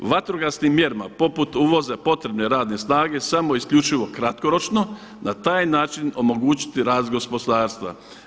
Vatrogasnim mjerama poput uvoza potrebne radne snage samo isključivo kratkoročno na taj način omogućiti rast gospodarstva.